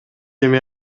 эми